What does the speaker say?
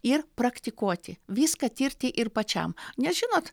ir praktikuoti viską tirti ir pačiam nes žinot